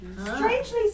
Strangely